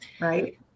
Right